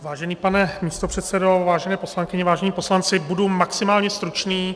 Vážený pane místopředsedo, vážené poslankyně, vážení poslanci, budu maximálně stručný.